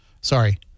Sorry